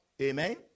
Amen